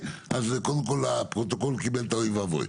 קודם כל הפרוטוקול קיבל את ה"אוי ואבוי".